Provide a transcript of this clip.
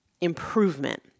improvement